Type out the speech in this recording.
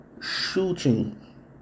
shooting